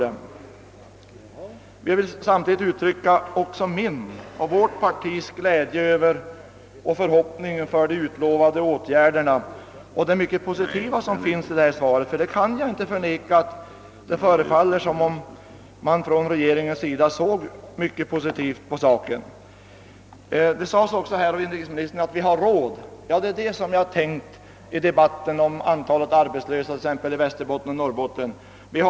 Samtidigt vill jag också uttrycka min och mitt partis glädje och förhoppning med anledning av de utlovade åtgärderna och det mycket positiva som onekligen finns i svaret. Det förefaller som om regeringen verkligen är mycket positivt inställd. Inrikesministern sade också att vi har råd att vidta åtgärder, och det är just en sak som jag har tänkt på under debatterna om arbetslösheten i Västerbotten och Norrbotten.